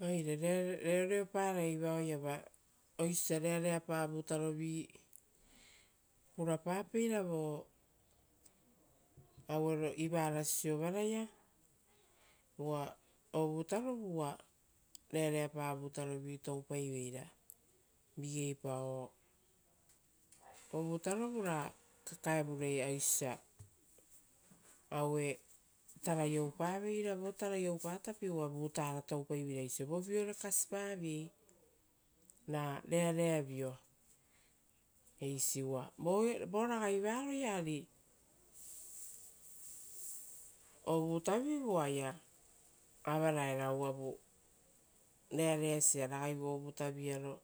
Oire reoreoparai vaoiava oisio osia reareapa vutarovi purapapeira vo ivara siovaraia uva. Ovutarovu uva reareapa vutarovi toupai veira, ari ovutarovu ra kakaevure, aue oisiosa tarai oupaveira vo tarai oupatapi, uva vutara toupaiveira osio voviore kasipaviei ra reareavio eisi. Uva vo ragai varoia ovutavivu oaia avaraera uvavu reareasia avaraera ragai vovutaviaro